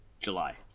July